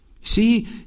See